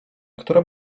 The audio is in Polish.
która